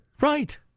right